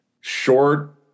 Short